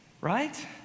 Right